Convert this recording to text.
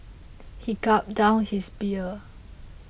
he gulped down his beer